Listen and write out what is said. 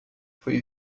foi